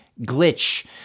glitch